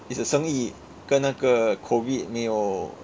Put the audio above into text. it's a 生意跟那个 COVID 没有